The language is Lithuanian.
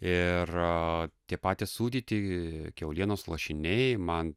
ir tie patys sūdyti kiaulienos lašiniai man